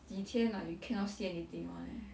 几天 like you cannot see anything [one] eh